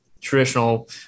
traditional